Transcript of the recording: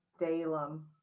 dalem